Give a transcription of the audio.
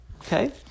Okay